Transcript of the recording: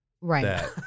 Right